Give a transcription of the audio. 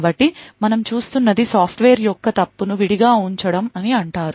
కాబట్టి మనము చూస్తున్నది సాఫ్ట్వేర్ యొక్క తప్పును విడిగా ఉంచడం అంటారు